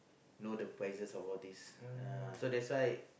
know the prices of all these ya so that's why